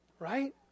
right